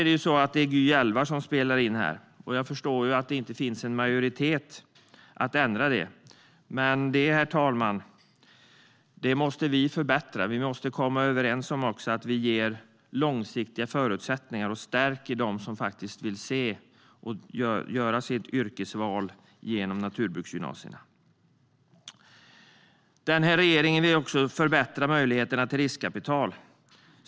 Det är tyvärr Gy 2011 som spelar in här, och jag förstår att det inte finns majoritet för att ändra den. Men, herr talman, vi måste förbättra det här och komma överens om att ge långsiktiga förutsättningar och stärka dem som vill göra sitt yrkesval och utbilda sig på naturbruksgymnasierna. Den här regeringen vill också förbättra möjligheterna till riskkapital.